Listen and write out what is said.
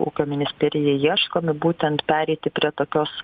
ūkio ministerija ieškome būtent pereiti prie tokios